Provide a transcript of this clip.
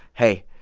hey,